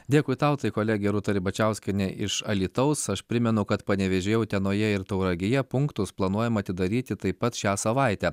dėkui tau tai kolegė rūta ribačiauskienė iš alytaus aš primenu kad panevėžyje utenoje ir tauragėje punktus planuojama atidaryti taip pat šią savaitę